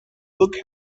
look